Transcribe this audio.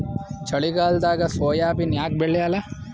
ಚಳಿಗಾಲದಾಗ ಸೋಯಾಬಿನ ಯಾಕ ಬೆಳ್ಯಾಲ?